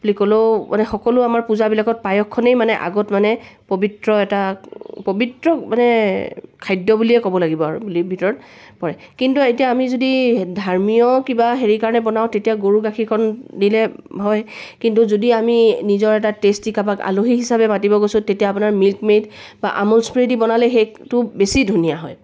বুলি ক'লেও মানে সকলো আমাৰ পূজাবিলাকত পায়সকণেই মানে আগত মানে পৱিত্ৰ এটা পৱিত্ৰ মানে খাদ্য বুলিয়ে ক'ব লাগিব আৰু বুলি ভিতৰত পৰে কিন্তু এতিয়া আমি যদি ধৰ্মীয় কিবা হেৰিৰ কাৰণে বনাওঁ তেতিয়া গৰু গাখীৰকণ দিলে হয় কিন্তু যদি আমি নিজৰ এটা টেষ্টি কাবাক আলহী হিচাপে মাতিব গৈছোঁ তেতিয়া আপোনাৰ মিল্ক মেইড বা আমুল স্প্ৰে দি বনালে সেইটো বেছি ধুনীয়া হয়